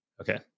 Okay